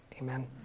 Amen